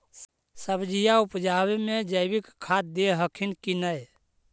सब्जिया उपजाबे मे जैवीक खाद दे हखिन की नैय?